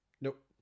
Nope